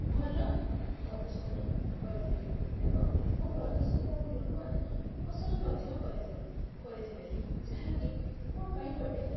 ଭଲ ପ୍ରଦର୍ଶନ କରିଥିଲି ଏବଂ ମୋ ପ୍ରଦର୍ଶନକୁ ଲୋକମାନେ ପସନ୍ଦ ମଧ୍ୟ କରିଥିଲେ କରିଥିଲେ ଯାହାକି ମୋ ପାଇଁ ଗୋଟିଏ